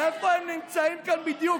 איפה הם נמצאים כאן בדיוק,